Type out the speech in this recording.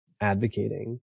advocating